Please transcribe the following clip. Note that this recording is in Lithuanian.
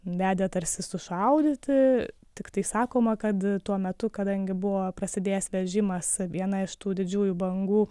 vedė tarsi sušaudyti tiktai sakoma kad tuo metu kadangi buvo prasidėjęs vežimas viena iš tų didžiųjų bangų